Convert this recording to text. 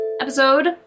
episode